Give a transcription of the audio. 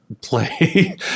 play